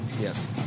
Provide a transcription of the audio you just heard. Yes